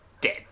dead